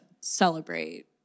celebrate